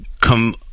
come